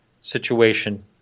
situation